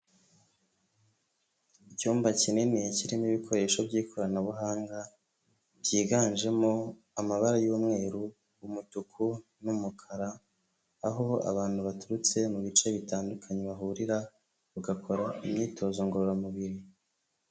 Icyumba kinini kirimo ibikoresho by'ikoranabuhanga, byiganjemo amabara y'umweru, umutuku n'umukara, aho abantu baturutse mu bice bitandukanye bahurira bagakora imyitozo ngororamubiri.